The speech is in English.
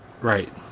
Right